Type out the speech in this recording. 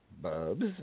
Bubs